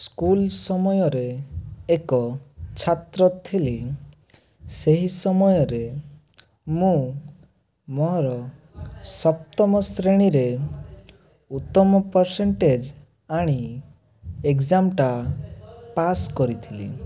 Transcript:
school ସମୟରେ ଏକ ଛାତ୍ର ଥିଲି ସେହି ସମୟରେ ମୁଁ ମୋର ସପ୍ତମ ଶ୍ରେଣୀରେ ଉତ୍ତମ ପର୍ସେଣ୍ଟେଜ୍ ଆଣି ଏଗଜାମ ଟା ପାସ କରିଥିଲି